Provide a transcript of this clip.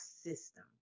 system